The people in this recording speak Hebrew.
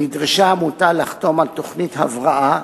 נדרשה העמותה לחתום על תוכנית הבראה